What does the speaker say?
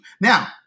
now